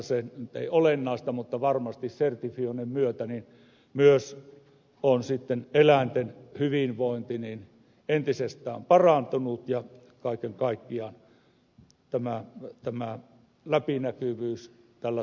se ei nyt ole olennaista mutta varmasti sertifioinnin myötä myös on sitten eläinten hyvinvointi entisestään parantunut ja kaiken kaikkiaan tämä läpinäkyvyys tällä tuotantosektorilla parantunut